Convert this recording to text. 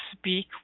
speak